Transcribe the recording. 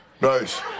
Nice